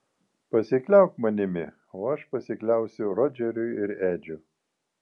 pasikliauk manimi o aš pasikliausiu rodžeriu ir edžiu